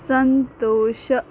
ಸಂತೋಷ